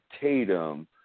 Tatum